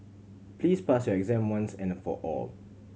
please pass your exam once and for all